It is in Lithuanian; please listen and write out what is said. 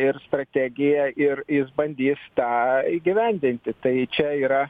ir strategija ir jis bandys tą įgyvendinti tai čia yra